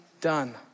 done